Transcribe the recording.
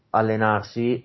allenarsi